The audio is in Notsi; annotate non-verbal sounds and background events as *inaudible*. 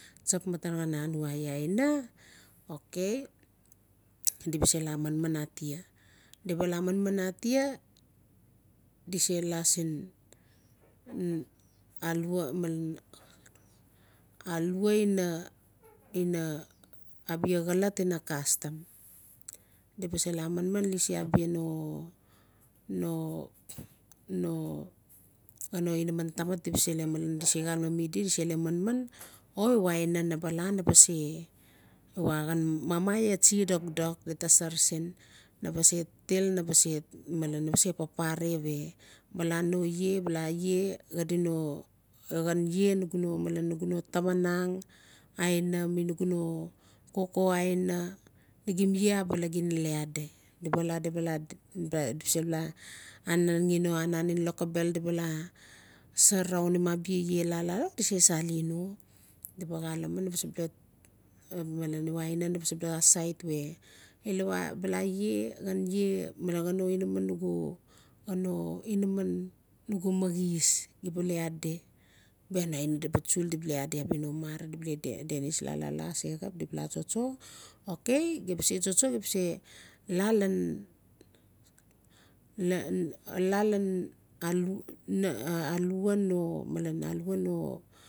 Tsap maten xhan anua aia aina okay *noise* di ba se la man an atia di ba la manman atia di sela sin *hesitation* alua malen alua ina *noise* ina abua xolot ina kastam *noise* di ba se la manman lisi abiaa no-no *noise* no xano inaman tamat diba se *unintelligible* xalame mi di di se ll manman o iwa aina na ba la na ba se iwa xhan mama aia tsi dokdok gita sar sin naba se til naba se male papare we bala no ie xadi no *hesitation* xhan ie nugu no tamanang aina mi nugu no koko aina nigim ie abala gim nale adi di ba la di ba la *unintelligible* di ba sebula la anangi no anan ngen lokobel di ba la sar raunim abia ie la-la-la-la di si sali no di bal xalame di ba sebula *unintelligible* no aina di ba sebula asiait we ilawa bla ie xhan ie male xhan no inaman nugu maxis di ba le adi bia no aina di ba tsul diba le adi abia no marang di bale dianis la-la-la ase xap si ba la tsotso okay gita ba se tsotso gita ba se la lan la lan *hesitation* alua no